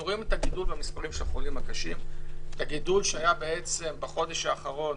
אנחנו רואים את הגידול במספר החולים הקשים בחודש האחרון,